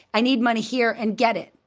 i need money here, and get it.